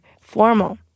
formal